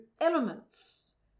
elements